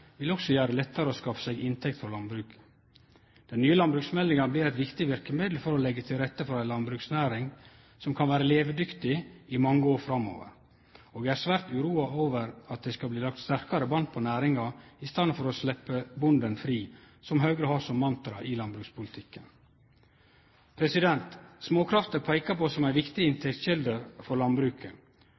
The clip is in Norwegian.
vil også gjere det lettare å skaffe seg inntekt frå landbruket. Den nye landbruksmeldinga blir eit viktig verkemiddel for å leggje til rette for ei landbruksnæring som kan vere levedyktig i mange år framover. Eg er svært uroa over at det skal bli lagt sterkare band på næringa i staden for å sleppe bonden fri, som Høgre har som mantra i landbrukspolitikken. Småkraft er peika på som ei viktig inntektskjelde for landbruket,